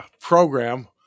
program